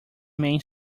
main